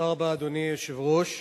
אדוני היושב-ראש,